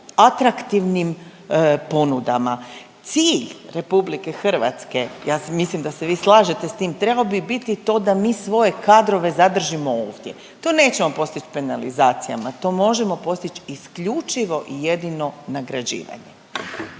atraktivnim ponudama. Cilj RH, ja mislim da se vi slažete s tim, trebao bi biti to da mi svoje kadrove zadržimo ovdje. To nećemo postić penalizacijama, to možemo postić isključivo i jedino nagrađivanjem.